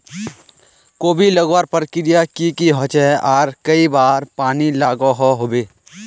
कोबी लगवार प्रक्रिया की की होचे आर कई बार पानी लागोहो होबे?